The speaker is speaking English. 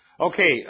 Okay